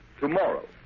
tomorrow